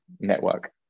network